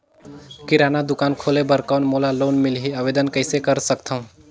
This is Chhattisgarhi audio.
किराना दुकान खोले बर कौन मोला लोन मिलही? आवेदन कइसे कर सकथव?